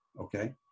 Okay